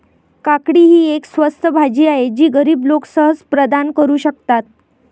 काकडी ही एक स्वस्त भाजी आहे जी गरीब लोक सहज प्रदान करू शकतात